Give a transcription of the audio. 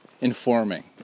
informing